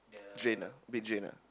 drain ah big drain ah